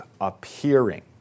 appearing